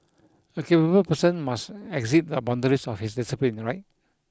a capable person must exceed the boundaries of his discipline right